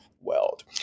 world